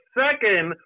second